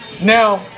Now